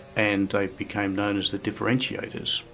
and they became known as the differentiators,